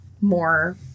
more